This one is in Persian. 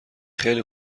خیلی